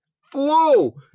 flow